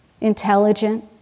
intelligent